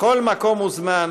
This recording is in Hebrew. בכל מקום וזמן